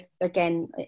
again